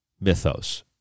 mythos